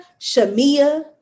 Shamia